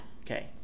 Okay